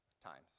times